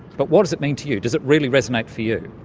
but what does it mean to you? does it really resonate for you?